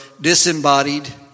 disembodied